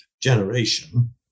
generation